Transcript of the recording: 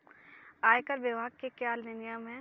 आयकर विभाग के क्या नियम हैं?